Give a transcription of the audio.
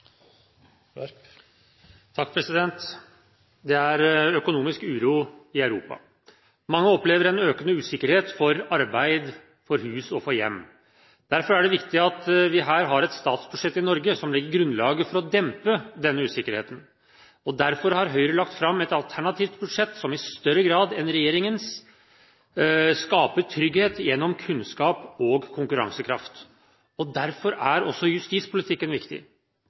økonomisk uro i Europa. Mange opplever en økende usikkerhet for arbeid, for hus og for hjem. Derfor er det viktig at vi har et statsbudsjett i Norge som legger grunnlaget for å dempe denne usikkerheten. Derfor har Høyre lagt fram et alternativt budsjett som i større grad enn regjeringens skaper trygghet gjennom kunnskap og konkurransekraft. Og derfor er også justispolitikken viktig.